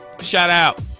shout-out